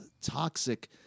toxic